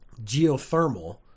geothermal